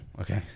okay